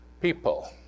people